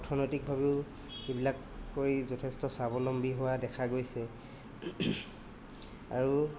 অৰ্থনৈতিকভাৱেও এইবিলাক কৰি যথেষ্ট স্বাৱলম্বী হোৱা দেখা গৈছে আৰু